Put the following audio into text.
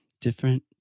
different